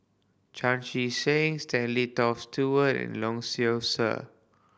Chan Chee Seng Stanley Toft Stewart and Lee Seow Ser